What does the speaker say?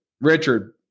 Richard